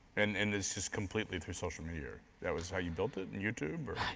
and and it's just completely through social media, that was how you built it, youtube or?